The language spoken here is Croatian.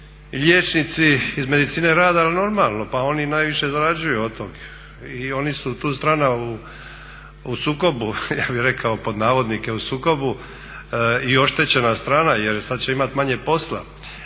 liječnici iz medicine rada. Ali normalno, pa oni najviše zarađuju od tog i oni su tu strana u sukobu ja bih rekao pod navodnike u sukobu i oštećena strana jer sad će imati manje posla.